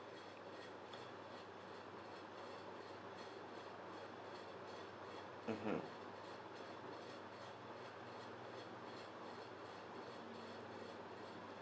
mmhmm